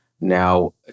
Now